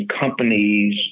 companies